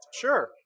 Sure